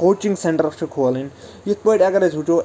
coaching centre چھِ کھولٕنۍ یِتھ پٲٹھۍ اَگر أسۍ وٕچھو